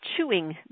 chewing